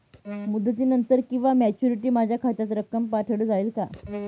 मुदतीनंतर किंवा मॅच्युरिटी माझ्या खात्यात रक्कम पाठवली जाईल का?